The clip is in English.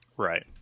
Right